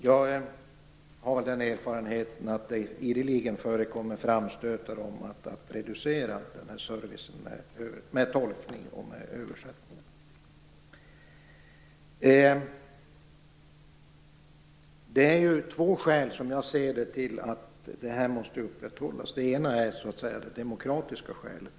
Jag har erfarenheten att det ideligen förekommer framstötar om att reducera tolknings och översättningsservicen. Det finns två skäl, som jag ser det, till att denna service måste upprätthållas. Det ena är det demokratiska skälet.